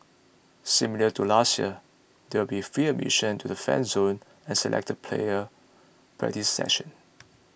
similar to last year there will be free admission to the Fan Zone and selected player practice sessions